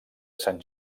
sant